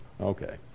Okay